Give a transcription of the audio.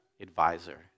advisor